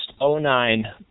09